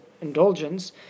indulgence